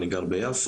אני גר ביפו,